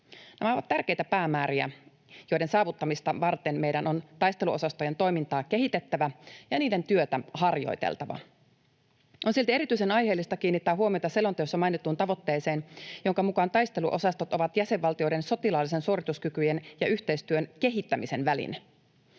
Nämä ovat tärkeitä päämääriä, joiden saavuttamista varten meidän on taisteluosastojen toimintaa kehitettävä ja niiden työtä harjoiteltava. On silti erityisen aiheellista kiinnittää huomiota selonteossa mainittuun tavoitteeseen, jonka mukaan taisteluosastot ovat jäsenvaltioiden sotilaallisten suorituskykyjen ja yhteistyön kehittämisen väline.